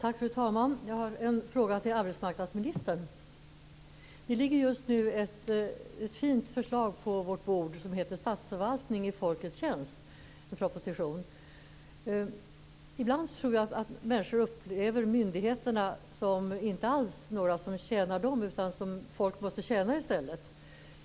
Fru talman! Jag har en fråga till arbetsmarknadsministern. Det ligger just nu ett fint förslag, en proposition, på vårt bord som heter Statsförvaltning i folkets tjänst. Ibland tror jag att människor inte alls upplever myndigheterna som några som tjänar dem utan som några de måste tjäna.